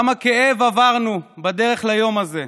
כמה כאב עברנו בדרך ליום הזה,